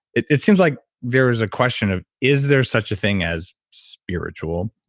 it it seems like there is a question of, is there such a thing as spiritual?